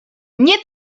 nie